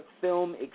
film